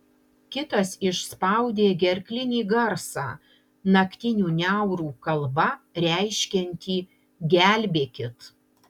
kitas išspaudė gerklinį garsą naktinių niaurų kalba reiškiantį gelbėkit